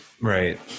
Right